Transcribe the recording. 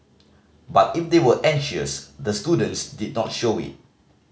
but if they were anxious the students did not show it